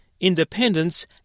independence